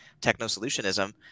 techno-solutionism